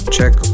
Check